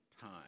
time